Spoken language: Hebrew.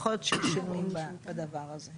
יכול להיות שיהיה שינוי בדבר הזה.